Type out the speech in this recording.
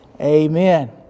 Amen